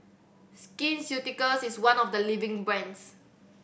Skin Ceuticals is one of the leading brands